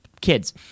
kids